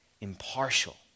impartial